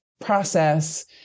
process